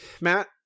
matt